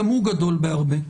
גם הוא גדול בהרבה.